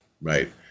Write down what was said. right